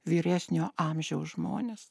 vyresnio amžiaus žmonės